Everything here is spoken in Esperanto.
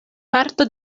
parto